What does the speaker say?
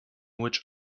which